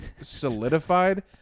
solidified